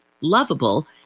lovable